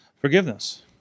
Forgiveness